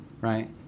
right